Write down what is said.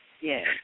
Yes